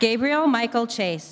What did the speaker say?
gabriel michael chase